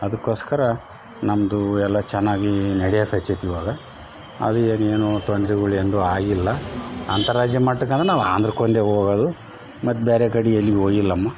ಅದಕ್ಕೊಸ್ಕರ ನಮ್ಮದು ಎಲ್ಲಾ ಚೆನ್ನಾಗಿ ಇವಾಗ ಅಲ್ಲಿ ಏನು ಏನು ತೊಂದ್ರಿಗಳ್ ಎಂದು ಆಗಿಲ್ಲ ಅಂತರ್ರಾಜ್ಯ ಮಟ್ಟಕ್ಕೆ ಅಂದ್ರೆ ನಾವು ಆಂಧ್ರಕ್ಕೊಂದು ಹೋಗದು ಮತ್ತು ಬೇರೆ ಕಡೆ ಎಲ್ಗೆ ಹೋಗಿಲಮ್ಮ